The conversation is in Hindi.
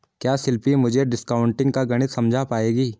क्या शिल्पी मुझे डिस्काउंटिंग का गणित समझा पाएगी?